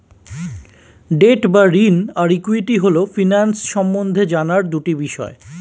date বা ঋণ আর ইক্যুইটি হল ফিন্যান্স সম্বন্ধে জানার দুটি বিষয়